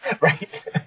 Right